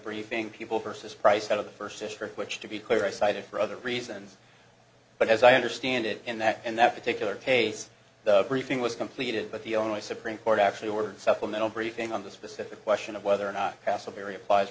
briefing people versus price out of the first issue which to be clear i cited for other reasons but as i understand it in that in that particular case the briefing was completed but the only supreme court actually ordered supplemental briefing on the specific question of whether or not pass a very applies